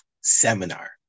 seminar